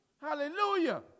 Hallelujah